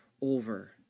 over